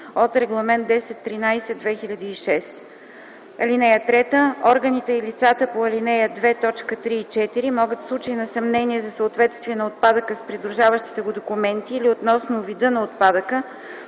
Органите и лицата по ал. 2, точки 3 и 4 могат в случай на съмнение за съответствието на отпадъка с придружаващите го документи или относно вида на отпадъка,